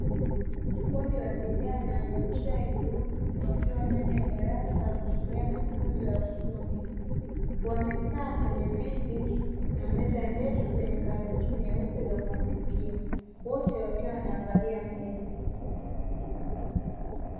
Kundi la vijana wa jinsia ya kiume, wakiwa ndani ya darasa la kutolea mafunzo ya ufundi. Wamekaaa kwenye viti na meza ndefu zenye karatasi nyeupe za kuandikia, wote wakiwa wanaangalia mbele.